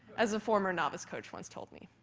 as a former novice coach once told me.